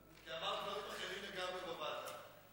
כי אמרת דברים אחרים לגמרי בוועדה.